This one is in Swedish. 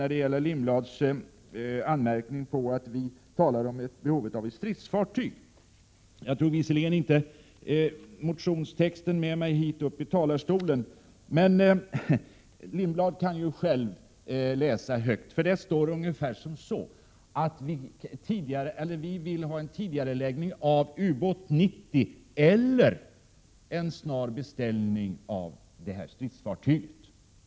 När det gäller Hans Lindblads anmärkning att vi talar om behovet av ett stridsfartyg vill jag göra ett enda konstaterande. Jag tog inte motionen med mig upp i talarstolen, men Hans Lindblad kan själv läsa den. Där står att vi vill ha en tidigareläggning av Ubåt 90 eller en snar beställning av det här stridsfartyget.